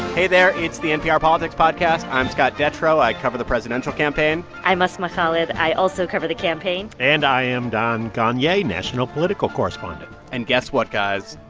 hey there. it's the npr politics podcast. i'm scott detrow. i cover the presidential campaign i'm asma khalid. i also cover the campaign and i am don gonyea, national political correspondent and guess what, guys.